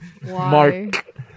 Mark